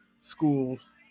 schools